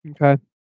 Okay